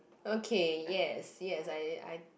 okay yes yes I I